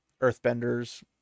earthbenders